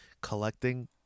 collecting